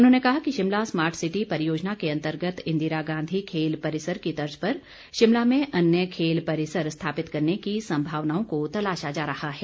उन्होंने कहा कि शिमला स्मार्ट सिटी परियोजना के अंतर्गत इंदिरा गांधी खेल परिसर की तर्ज पर शिमला में अन्य खेल परिसर स्थापित करने की संभावनाओं को तलाशा जा रहा है